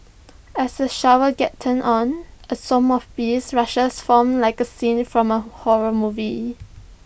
as the shower gets turned on A swarm of bees rushes from like A scene from A horror movie